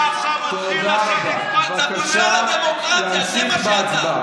אתה לא נבחרת לכנסת.